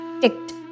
ticked